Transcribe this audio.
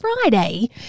Friday